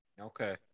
Okay